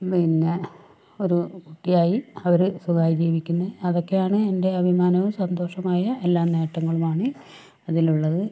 പിന്നെ ഒരു കുട്ടി ആയി അവര് സുഖമായി ജീവിക്കുന്നു അതൊക്കെയാണ് എൻ്റെ അഭിമാനവും സന്തോഷവുമായ എല്ലാ നേട്ടങ്ങളുമാണ് അതിലുള്ളത്